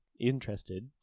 interested